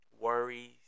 worries